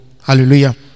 Hallelujah